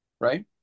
right